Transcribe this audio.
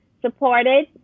supported